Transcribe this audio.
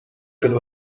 pelo